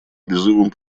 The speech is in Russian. призывом